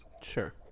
Sure